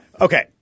Okay